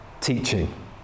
teaching